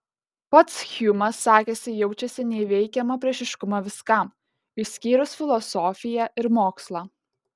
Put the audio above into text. pats hjumas sakėsi jaučiasi neįveikiamą priešiškumą viskam išskyrus filosofiją ir mokslą